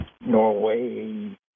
Norway